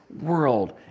world